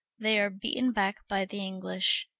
they are beaten back by the english,